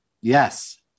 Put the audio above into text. Yes